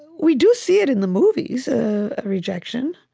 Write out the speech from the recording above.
we do see it in the movies, ah ah rejection